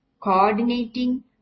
coordinating